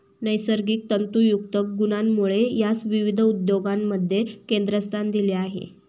नैसर्गिक तंतुयुक्त गुणांमुळे यास विविध उद्योगांमध्ये केंद्रस्थान दिले आहे